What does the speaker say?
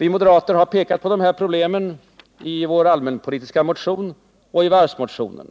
Vi moderater har pekat på dessa problem i vår allmänpolitiska motion och i varvsmotionen.